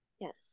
yes